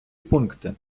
пункти